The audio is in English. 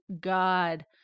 god